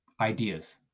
ideas